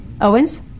owens